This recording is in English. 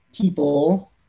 people